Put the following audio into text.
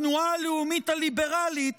התנועה הלאומית הליברלית,